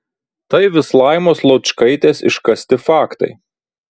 tai vis laimos laučkaitės iškasti faktai